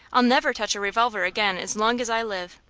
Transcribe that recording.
i'll never touch a revolver again as long as i live.